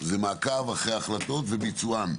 הם מעקב אחרי החלטות וביצוען.